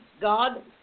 God